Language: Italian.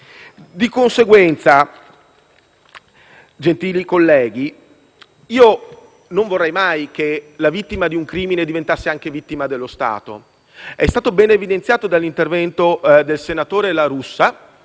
Di conseguenza, gentili colleghi, non vorrei mai che la vittima di un crimine diventasse anche vittima dello Stato. È stato ben evidenziato dall'intervento del senatore La Russa